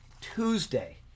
Tuesday